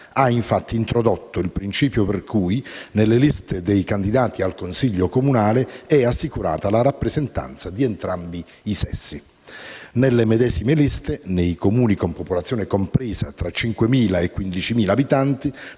Ha infatti introdotto il principio per cui nelle liste dei candidati al consiglio comunale è assicurata la rappresentanza di entrambi i sessi. Nelle medesime liste, nei Comuni con popolazione compresa tra 5.000 e 15.000 abitanti,